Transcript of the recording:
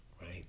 right